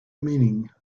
meaning